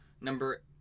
number